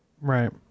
Right